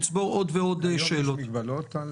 היום יש מגבלות?